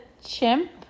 chimp